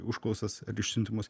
užklausas ar išsiuntimus